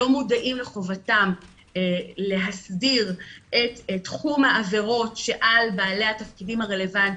לא מודעים לחובתם להסדיר את תחום העבירות שעל בעלי התפקידים הרלוונטיים,